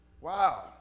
Wow